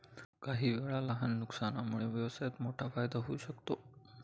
काहीवेळा लहान नुकसानामुळे व्यवसायात मोठा फायदा होऊ शकतो